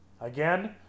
Again